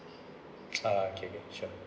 ah okay sure